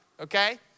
Okay